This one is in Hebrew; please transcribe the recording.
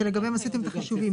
שלגביה עשיתם את החישובים,